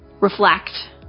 Reflect